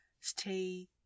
stay